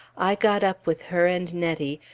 i got up with her and nettie,